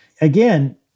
again